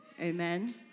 Amen